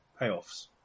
payoffs